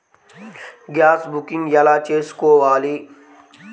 Gas booking ఎలా చేసుకోవాలి?